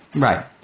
Right